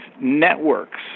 networks